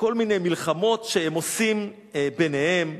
כל מיני מלחמות שהם עושים ביניהם.